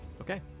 Okay